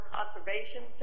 Conservation